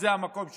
זה המקום שלנו.